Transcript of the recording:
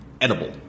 edible